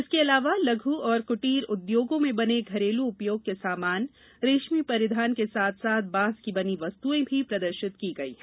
इसके अलावा लघु और कुटीर उद्योगों में बने घरेलू उपयोग के सामान रेशमी परिधान के साथ साथ बांस के बनी वस्तुऍ भी प्रदर्शित की गई हैं